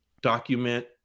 document